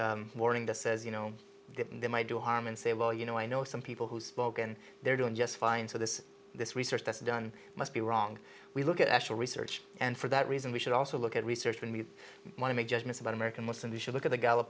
morning that says you know get in there might do harm and say well you know i know some people who spoke and they're doing just fine so this this research that's done must be wrong we look at actual research and for that reason we should also look at research when we want to make judgments about american muslim we should look at the gallup